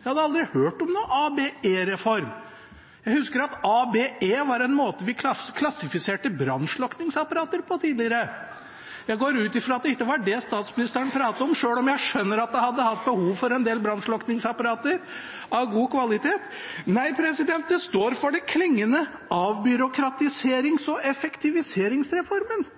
Jeg hadde aldri hørt om noen ABE-reform. Jeg husker at ABE var en måte vi klassifiserte brannslukningsapparater på tidligere. Jeg går ut fra at det ikke var det statsministeren pratet om, selv om jeg skjønner at man hadde hatt behov for en del brannslukningsapparater av god kvalitet. Nei, det står for det klingende «avbyråkratiserings- og effektiviseringsreformen».